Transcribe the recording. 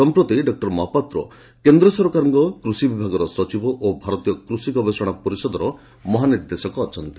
ସଂପ୍ରତି ଡକ୍କର ମହାପାତ୍ର କେନ୍ଦ ସରକାରଙ୍କ କୃଷି ବିଭାଗର ସଚିବ ଓ ଭାରତୀୟ କୃଷି ଗବେଷଣା ପରିଷଦର ମହାନିର୍ଦ୍ଦେଶକ ଅଛନ୍ତି